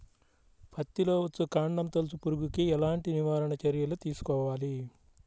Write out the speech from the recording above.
పత్తిలో వచ్చుకాండం తొలుచు పురుగుకి ఎలాంటి నివారణ చర్యలు తీసుకోవాలి?